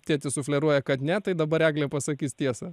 tėtis sufleruoja kad ne tai dabar eglė pasakys tiesą